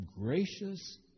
gracious